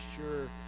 sure